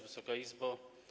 Wysoka Izbo!